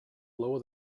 lower